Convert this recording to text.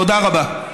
תודה רבה.